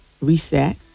reset